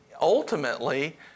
ultimately